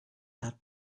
that